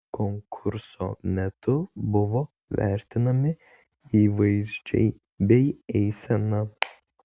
konkurso metu buvo vertinami įvaizdžiai bei eisena